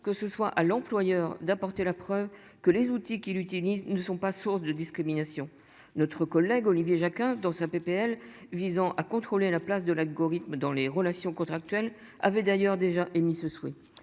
que ce soit à l'employeur d'apporter la preuve que les outils qu'il utilise ne sont pas source de discrimination. Notre collègue Olivier Jacquin dans sa PPL visant à contrôler la place de l'algorithme dans les relations contractuelles avait d'ailleurs déjà émis ce souhait